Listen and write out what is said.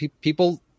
People